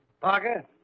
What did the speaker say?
Parker